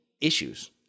issues